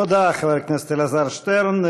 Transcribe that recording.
תודה, חבר הכנסת אלעזר שטרן.